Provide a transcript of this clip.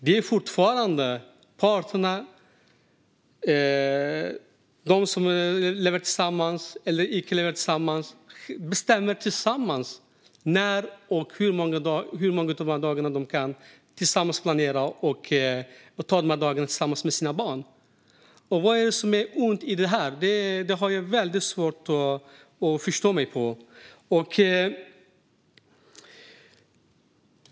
Det är fortfarande parterna - som lever tillsammans eller icke gör det - som tillsammans planerar och bestämmer hur många av de här dagarna de tar med sina barn och när. Vad är det som är ont i detta? Det har jag väldigt svårt att förstå mig på.